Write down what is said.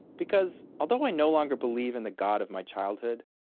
because, although i no longer believe in the god of my childhood,